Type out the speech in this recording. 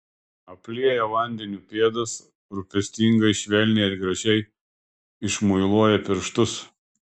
aplieja vandeniu pėdas rūpestingai švelniai ir gražiai išmuiluoja pirštus